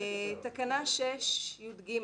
תקנה 6(יג),